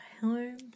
home